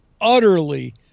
utterly